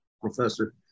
Professor